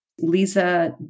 Lisa